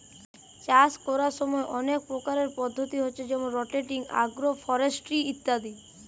চাষ কোরার সময় অনেক প্রকারের পদ্ধতি হচ্ছে যেমন রটেটিং, আগ্রফরেস্ট্রি ইত্যাদি